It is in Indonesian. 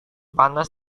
panas